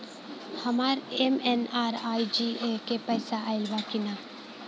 हमार एम.एन.आर.ई.जी.ए के पैसा आइल बा कि ना?